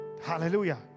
Hallelujah